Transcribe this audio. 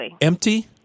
empty